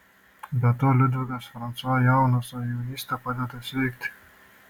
be to liudvikas fransua jaunas o jaunystė padeda sveikti